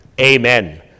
Amen